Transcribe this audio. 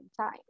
time